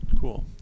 Cool